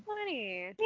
funny